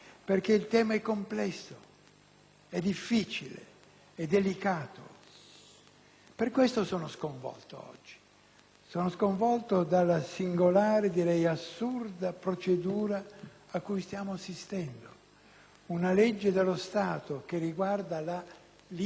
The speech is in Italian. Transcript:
è difficile, è delicato. Per questo sono sconvolto oggi. Sono sconvolto dalla singolare, direi assurda, procedura cui stiamo assistendo. Una legge dello Stato, che riguarda la libertà individuale